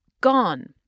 Gone